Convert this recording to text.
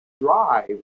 drive